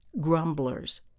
grumblers